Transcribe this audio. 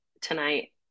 tonight